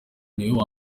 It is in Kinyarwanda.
niwe